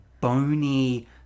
bony